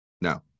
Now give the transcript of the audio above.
no